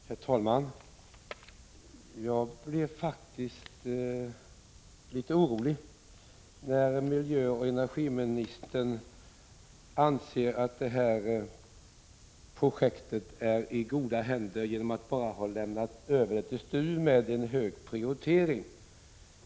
Herr talman! Jag blev faktiskt litet orolig när miljöoch energiministern sade att hon anser att detta projekt är i goda händer bara genom att det har överlämnats till STU med hög prioritet.